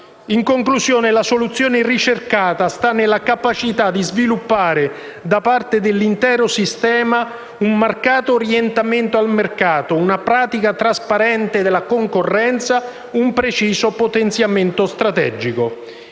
In conclusione, la soluzione ricercata sta nella capacità di sviluppare, da parte dell'intero sistema, un marcato orientamento al mercato, una pratica trasparente della concorrenza e un preciso potenziamento strategico.